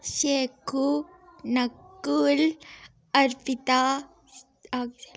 Shekhu Nakul Arpita